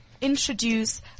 introduce